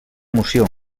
moció